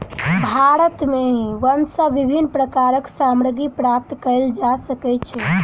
भारत में वन सॅ विभिन्न प्रकारक सामग्री प्राप्त कयल जा सकै छै